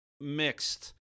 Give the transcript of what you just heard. mixed